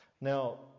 Now